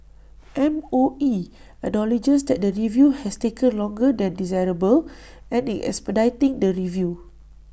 M O E acknowledges that the review has taken longer than desirable and is expediting the review